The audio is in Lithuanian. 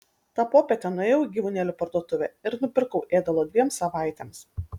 tą popietę nuėjau į gyvūnėlių parduotuvę ir nupirkau ėdalo dviem savaitėms